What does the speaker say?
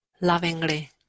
lovingly